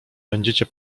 będziecie